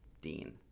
Dean